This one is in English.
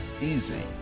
easy